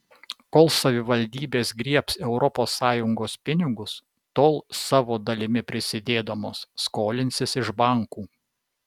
kol savivaldybės griebs europos sąjungos pinigus tol savo dalimi prisidėdamos skolinsis iš bankų